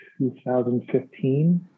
2015